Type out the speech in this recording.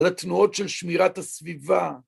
לתנועות של שמירת הסביבה.